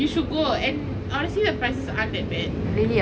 you should go and honestly the prices aren't that bad